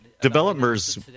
Developers